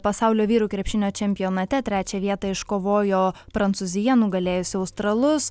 pasaulio vyrų krepšinio čempionate trečią vietą iškovojo prancūzija nugalėjusi australus